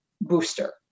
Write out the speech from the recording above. booster